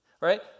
Right